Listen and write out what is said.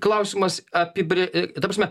klausimas apibrė ta prasme